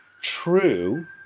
true